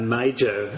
major